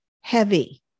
Heavy